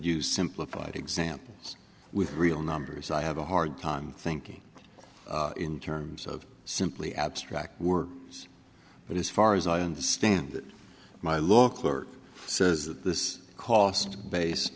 used simplified examples with real numbers i have a hard time thinking in terms of simply abstract work but as far as i understand my law clerk says that this cost base